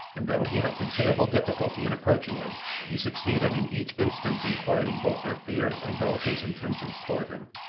and, though he had considerable difficulty in approaching them, he succeeded in each instance in quieting both their fears and bellicose intentions toward him,